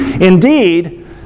Indeed